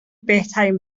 بهترین